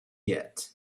yet